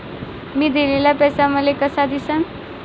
मी दिलेला पैसा मले कसा दिसन?